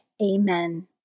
Amen